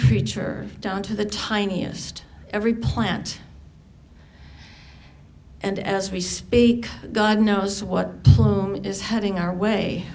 creature down to the tiniest every plant and as we speak god knows what is heading our way